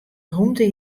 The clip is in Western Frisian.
rûmte